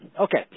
okay